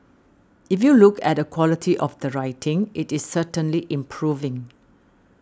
if you look at the quality of the writing it is certainly improving